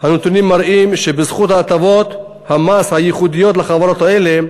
הנתונים מראים שבזכות הטבות המס הייחודיות לחברות האלה,